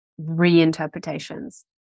reinterpretations